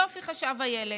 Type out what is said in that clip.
יופי, חשב הילד.